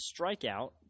strikeout